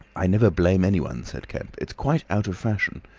i never blame anyone, said kemp. it's quite out of fashion.